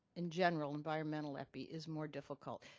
in general environmental epi is more difficult.